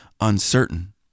uncertain